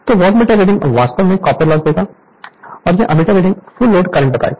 तो wattmeter reading वास्तव में कॉपर लॉस देगा और यह ammeter reading full load current बताएगा